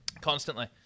Constantly